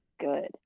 good